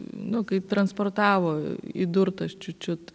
nu kai transportavo įdurtas čiut čiut